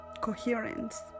coherence